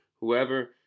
whoever